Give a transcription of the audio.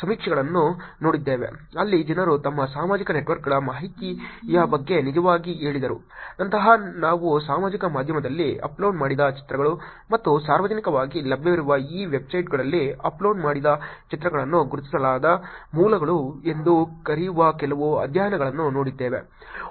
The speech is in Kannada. ಸಮೀಕ್ಷೆಗಳನ್ನು ನೋಡಿದ್ದೇವೆ ಅಲ್ಲಿ ಜನರು ತಮ್ಮ ಸಾಮಾಜಿಕ ನೆಟ್ವರ್ಕ್ಗಳ ಮಾಹಿತಿಯ ಬಗ್ಗೆ ನಿಜವಾಗಿ ಹೇಳಿದರು ನಂತರ ನಾವು ಸಾಮಾಜಿಕ ಮಾಧ್ಯಮದಲ್ಲಿ ಅಪ್ಲೋಡ್ ಮಾಡಿದ ಚಿತ್ರಗಳು ಮತ್ತು ಸಾರ್ವಜನಿಕವಾಗಿ ಲಭ್ಯವಿರುವ ಈ ವೆಬ್ಸೈಟ್ಗಳಲ್ಲಿ ಅಪ್ಲೋಡ್ ಮಾಡಿದ ಚಿತ್ರಗಳನ್ನು ಗುರುತಿಸಲಾಗದ ಮೂಲಗಳು ಎಂದು ಕರೆಯುವ ಕೆಲವು ಅಧ್ಯಯನಗಳನ್ನು ನೋಡಿದ್ದೇವೆ